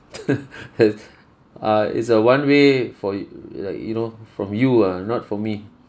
ah is a one way for you like you know from you ah not from me